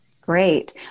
Great